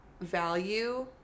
value